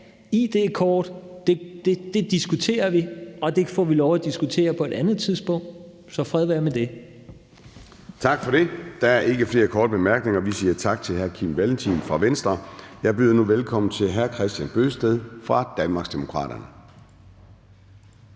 id-kort diskuterer vi, og det får vi lov at diskutere på et andet tidspunkt, så fred være med det. Kl. 11:06 Formanden (Søren Gade): Tak for det. Der er ikke flere korte bemærkninger. Vi siger tak til hr. Kim Valentin fra Venstre. Jeg byder nu velkommen til hr. Kristian Bøgsted fra Danmarksdemokraterne.